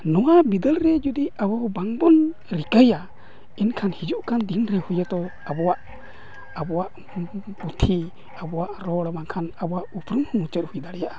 ᱱᱚᱣᱟ ᱵᱤᱫᱟᱹᱞ ᱨᱮ ᱡᱩᱫᱤ ᱟᱵᱚ ᱵᱟᱝᱵᱚᱱ ᱨᱤᱠᱟᱹᱭᱟ ᱮᱱᱠᱷᱟᱱ ᱦᱤᱡᱩᱜ ᱠᱟᱱ ᱫᱤᱱ ᱨᱮ ᱡᱚᱛᱚ ᱟᱵᱚᱣᱟᱜ ᱟᱵᱚᱣᱟᱜ ᱯᱩᱛᱷᱤ ᱟᱵᱚᱣᱟᱜ ᱨᱚᱲ ᱵᱟᱝᱠᱷᱟᱱ ᱟᱵᱚᱣᱟᱜ ᱩᱯᱨᱩᱢ ᱦᱚᱸ ᱢᱩᱪᱟᱹᱫ ᱦᱩᱭ ᱫᱟᱲᱮᱭᱟᱜᱼᱟ